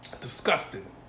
Disgusting